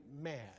mad